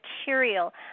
material